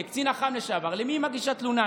כקצין אח"ם לשעבר, למי היא מגישה תלונה?